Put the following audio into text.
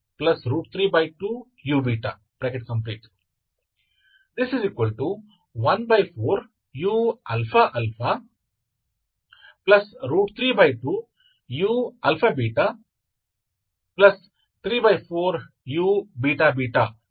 ಆದ್ದರಿಂದ uxy ಅನ್ನು uxy∂x∂u∂y ಎಂದು ಲೆಕ್ಕ ಹಾಕಬಹುದು